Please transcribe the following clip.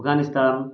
Afghanistan